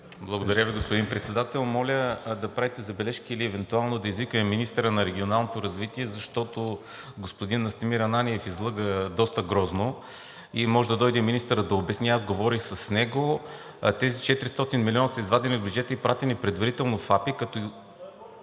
Благодаря Ви, господин Председател. Моля да правите забележки или евентуално да извикаме министъра на регионалното развитие, защото господин Настимир Ананиев излъга доста грозно и може да дойде министърът да обясни. Аз говорих с него. Тези 400 милиона са извадени от бюджета и са пратени предварително в АПИ. Когато